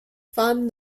fan